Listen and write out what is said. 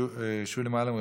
אף אחד לא מתנגד ואין נמנעים.